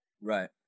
Right